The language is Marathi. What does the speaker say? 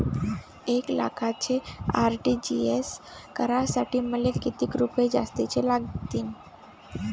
एक लाखाचे आर.टी.जी.एस करासाठी मले कितीक रुपये जास्तीचे लागतीनं?